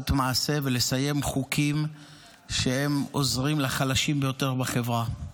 מעשה ולסיים חוקים שעוזרים לחלשים ביותר בחברה.